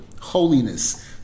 holiness